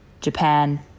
Japan